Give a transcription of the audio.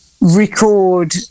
record